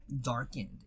darkened